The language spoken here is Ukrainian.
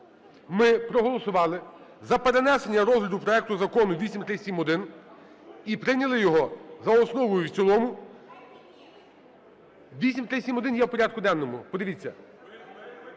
ми проголосували за перенесення розгляду проекту закону 8371 і прийняли його за основу і в цілому. (Шум у залі) 8371 є в порядку денному, подивіться.